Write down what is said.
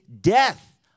death